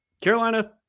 Carolina